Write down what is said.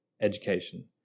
education